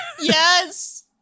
Yes